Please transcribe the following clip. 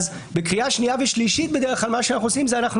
אז בקריאה שנייה ושלישית בדרך כלל מה שאנחנו עושים זה אנחנו